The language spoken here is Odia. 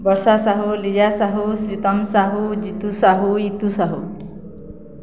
ବର୍ଷା ସାହୁ ଲିୟା ସାହୁ ଶୀତମ୍ ସାହୁ ଜିତୁ ସାହୁ ଇତୁ ସାହୁ